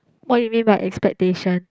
what you mean by expectation